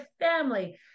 family